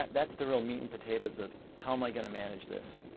that's the real meat and potatoes of how am i gonna manage this?